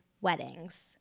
weddings